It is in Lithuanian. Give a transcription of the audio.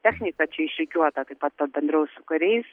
techniką čia išrikiuota taip pat pabendraus su kariais